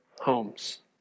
homes